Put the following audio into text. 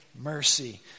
mercy